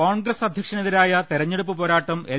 കോൺഗ്രസ് അധ്യക്ഷനെതിരായ തെരഞ്ഞെടുപ്പ് പോരാട്ടം എൽ